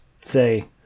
say